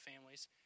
families